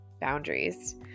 boundaries